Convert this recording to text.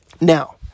Now